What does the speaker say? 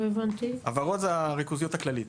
הוורוד זה הריכוזיות הכללית.